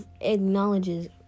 acknowledges